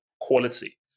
quality